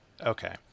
okay